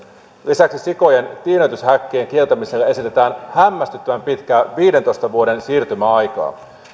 lisäksi sikojen tiineytyshäkkien kieltämiselle esitetään hämmästyttävän pitkää viidentoista vuoden siirtymäaikaa